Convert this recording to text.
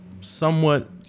somewhat